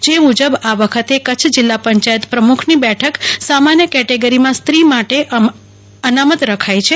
જે મુજબ આ વખતે કચ્છની જીલ્લા પંચાયત પ્રમુખની બેઠક સામાન્ય કેટેગરીમાં સ્ત્રી માટે અનામત રખાઈ છે